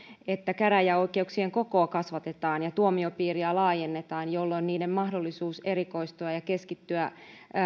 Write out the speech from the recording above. että käräjäoikeuksien kokoa kasvatetaan ja tuomiopiiriä laajennetaan jolloin niillä on mahdollisuus erikoistua ja keskittyä